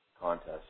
contest